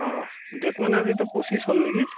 অঁ ডেট মানে আজিতো পঁচিছ হ'ল নেকি